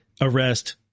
arrest